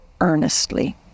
earnestly